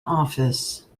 office